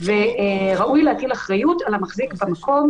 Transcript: וראוי להטיל אחריות על המחזיק במקום